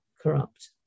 corrupt